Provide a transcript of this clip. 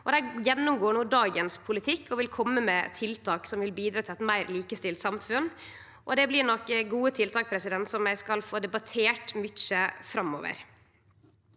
Dei gjennomgår no dagens politikk og vil kome med tiltak som vil bidra til eit meir likestilt samfunn. Det blir nok gode tiltak som vi skal få debattert mykje framover.